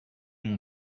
mon